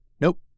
Nope